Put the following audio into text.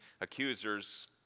accusers